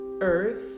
Earth